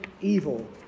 evil